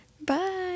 Bye